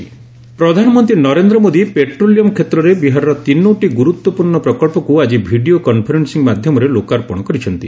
PM petroleum project ପ୍ରଧାନମନ୍ତ୍ରୀ Narendra Modi petroleum କ୍ଷେତ୍ରରେ ବିହାରର ତିନୋଟି ଗୁରୁତ୍ୱପୂର୍ଣ୍ଣ ପ୍ରକଳ୍ପକୁ ଆଜି ଭିଡ଼ିଓ କନ୍ଫରେନ୍ସିଂ ମାଧ୍ୟମରେ ଲୋକାର୍ପଣ କରିଛନ୍ତି